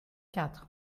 quatre